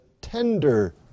tender